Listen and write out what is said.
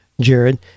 Jared